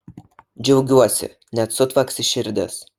džiaugiuosi net sutvaksi širdis